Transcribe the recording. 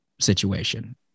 situation